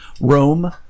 Rome